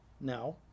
now